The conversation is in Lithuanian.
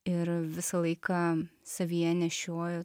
ir visą laiką savyje nešiojo